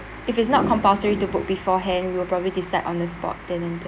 if it's not compulsory to book beforehand we will probably decide on the spot then and there